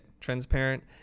transparent